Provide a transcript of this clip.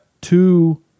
two